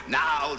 now